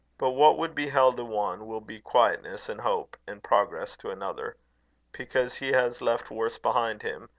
but what would be hell to one will be quietness, and hope, and progress to another because he has left worse behind him,